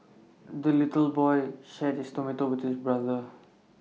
the little boy shared his tomato with his brother